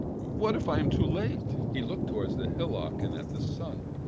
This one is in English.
what if i am too late? he looked towards the hillock and at the sun.